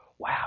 Wow